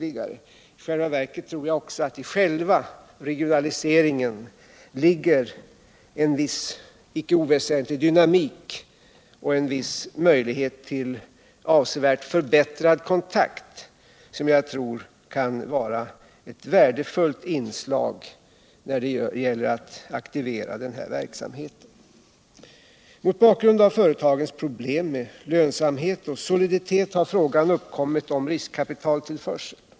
I själva verket tror jag också att det i själva regionaliseringen ligger en viss icke oväsentlig dynamik och en viss möjlighet till avsevärt förbättrad kontakt, som jag tror kan vara ett värdefullt inslag när det gäller att aktivera den här verksamheten. Mot bakgrund av företagens problem med lönsamhet och soliditet har frågan uppkommit om riskkapitalstillförseln.